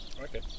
Okay